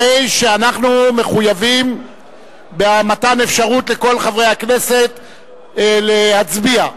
הרי שאנחנו מחויבים במתן אפשרות לכל חברי הכנסת להצביע.